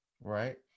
right